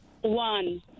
One